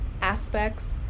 aspects